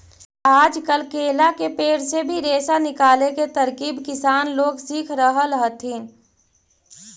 आजकल केला के पेड़ से भी रेशा निकाले के तरकीब किसान लोग सीख रहल हथिन